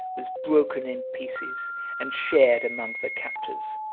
was broken in pieces and shared among the captors.